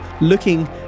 looking